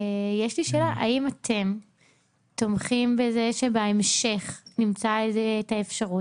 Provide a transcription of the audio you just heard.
יש לי שאלה: האם אתם תומכים בזה שבהמשך נמצא את האפשרות